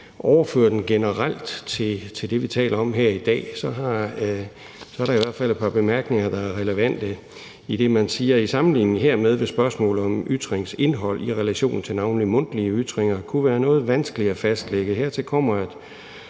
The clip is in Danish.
overføre den generelt til det, vi taler om her i dag, så er der i hvert fald et par bemærkninger, der er relevante. Man siger: I sammenligning hermed vil spørgsmålet om ytringsindhold i relation til navnlig mundtlige ytringer kunne være noget vanskeligere at fastlægge.